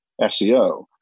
SEO